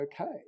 okay